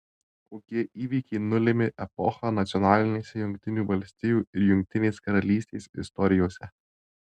kokie įvykiai nulėmė epochą nacionalinėse jungtinių valstijų ir jungtinės karalystės istorijose